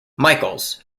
michaels